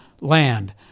land